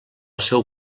seu